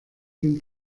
den